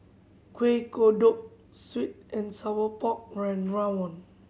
Kuih Kodok sweet and sour pork rawon